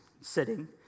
sitting